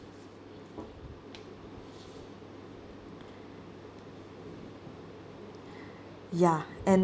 ya and